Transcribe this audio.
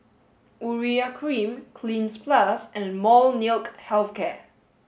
Urea Cream Cleanz plus and Molnylcke health care